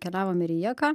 keliavom į rijeką